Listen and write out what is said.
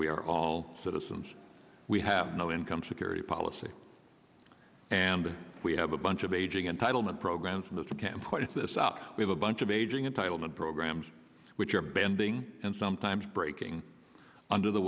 we are all citizens we have no income security policy and we have a bunch of aging entitlement programs in this camp this out with a bunch of aging entitlement programs which are bending and sometimes breaking under the